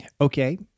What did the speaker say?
Okay